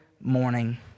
morning